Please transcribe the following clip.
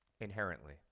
Inherently